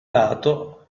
lato